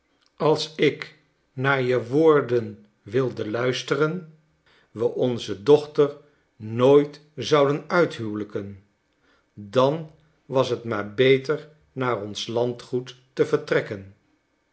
als ik naar je woorden wilde luisteren we onze dochter nooit zouden uithuwelijken dan was het maar beter naar ons landgoed te vertrekken